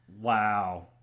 Wow